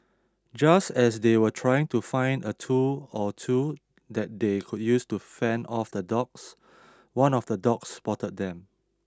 just as they were trying to find a tool or two that they could use to fend off the dogs one of the dogs spotted them